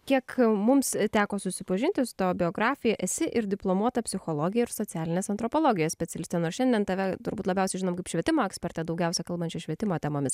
kiek mums teko susipažinti su tavo biografija esi ir diplomuota psichologė ir socialinės antropologijos specialistė nors šiandien tave turbūt labiausiai žinom kaip švietimo ekspertę daugiausia kalbančią švietimo temomis